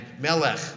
Melech